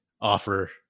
offer